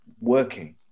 working